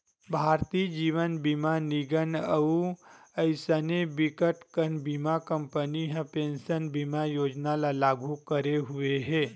भारतीय जीवन बीमा निगन अउ अइसने बिकटकन बीमा कंपनी ह पेंसन बीमा योजना ल लागू करे हुए हे